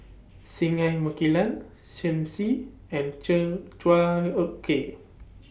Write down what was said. Singai Mukilan Shen Xi and Chua Ek Kay